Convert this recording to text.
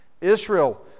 Israel